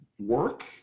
work